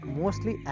mostly